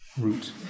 root